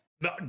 No